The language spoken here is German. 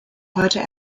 heute